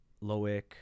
Loic